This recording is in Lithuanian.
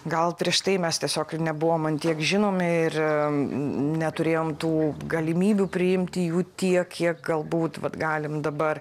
gal prieš tai mes tiesiog ir nebuvom ant tiek žinomi ir neturėjom tų galimybių priimti jų tiek kiek galbūt vat galim dabar